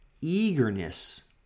eagerness